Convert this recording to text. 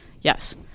Yes